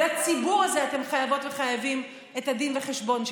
ולציבור הזה אתם חייבות וחייבים את הדין וחשבון שלכם.